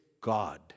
God